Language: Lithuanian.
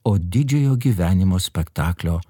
o didžiojo gyvenimo spektaklio